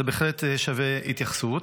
זה בהחלט שווה התייחסות.